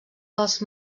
dels